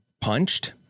punched